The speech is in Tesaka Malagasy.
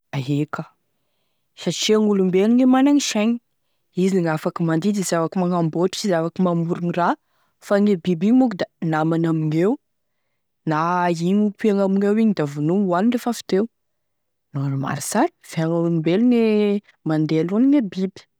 Ae ka satria gn'olombelo managny saigny, izy gn'afaky mandidy afaky manapaky, afaky mamboatry afaky mamorogny raha fa gne biby igny izy moa ka da namany amigneo, na igny ompiagny amigneo igny da vonoigny hoanigny lefa avy teo, normal sara fianan'olombelo gne mandeha alohane biby.